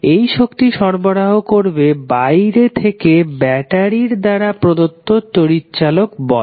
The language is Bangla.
এই শক্তি সরবরাহ করবে বাইরে থেকে ব্যাটারির দ্বারা প্রদত্ত তড়িৎচালাক বল